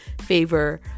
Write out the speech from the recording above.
favor